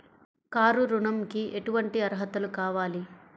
Car ఋణంకి ఎటువంటి అర్హతలు కావాలి?